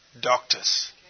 doctors